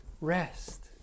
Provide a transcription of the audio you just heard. rest